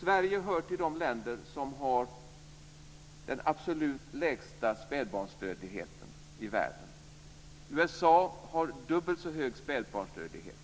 Sverige hör till de länder som har den absolut lägsta spädbarnsdödligheten i världen. USA har dubbelt så hög spädbarnsdödlighet,